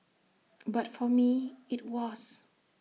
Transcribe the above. but for me IT was